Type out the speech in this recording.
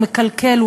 הוא מקלקל,